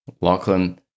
Lachlan